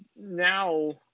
now